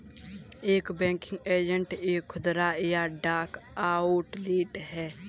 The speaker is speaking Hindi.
एक बैंकिंग एजेंट एक खुदरा या डाक आउटलेट है